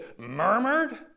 murmured